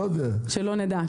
שלא נדע.